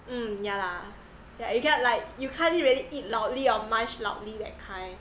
mm ya lah like you cannot like you can't really eat loudly or munch loudly that kind